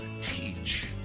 teach